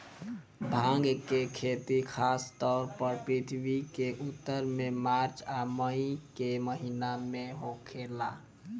भांग के खेती खासतौर पर पृथ्वी के उत्तर में मार्च आ मई के महीना में होखेला